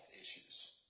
issues